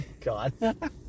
God